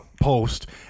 post